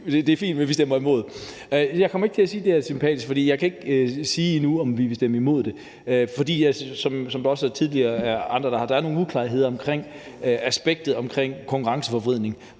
det er fint, men at man stemmer imod. Jeg kommer ikke til at sige, at det er sympatisk, for jeg kan ikke sige endnu, om vi vil stemme imod det, for der er, som også andre har sagt, nogle uklarheder omkring det aspekt om konkurrenceforvridning.